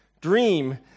dream